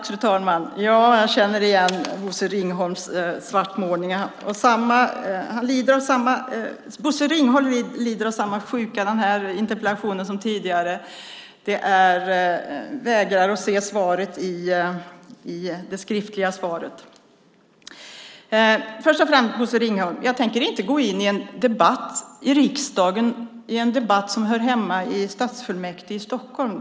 Fru talman! Jag känner igen Bosse Ringholms svartmålningar. Bosse Ringholm lider av samma sjuka nu som tidigare och vägrar att se svaren i det skriftliga interpellationssvaret. För det första, Bosse Ringholm, tänker jag inte i riksdagen gå in i en debatt som hör hemma i stadsfullmäktige i Stockholm.